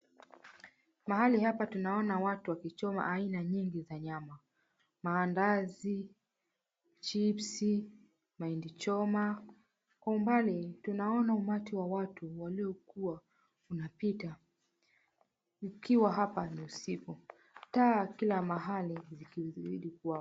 Mahali hapa tunaona watu wakichoma aina nyingi za nyama. Mandazi, chipsi, mahindi choma. Kwa umbali tunaona umati wa watu uliokua unapita. Ukiwa hapa ni usiku, taa kila mahali zikizidi kuwaka.